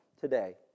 today